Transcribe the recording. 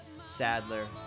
Sadler